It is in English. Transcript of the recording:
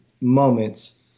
moments